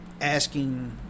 asking